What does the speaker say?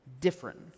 different